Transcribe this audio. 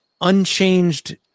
unchanged